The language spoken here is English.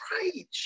right